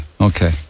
Okay